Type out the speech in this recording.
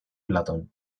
platón